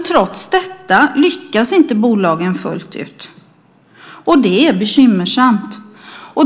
Trots detta lyckas inte bolagen fullt ut. Det är bekymmersamt.